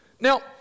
now